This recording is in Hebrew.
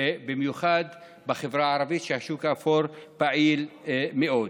ובמיוחד בחברה הערבית שהשוק האפור פעיל בה מאוד.